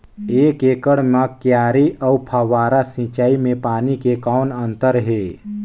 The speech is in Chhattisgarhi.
एक एकड़ म क्यारी अउ फव्वारा सिंचाई मे पानी के कौन अंतर हे?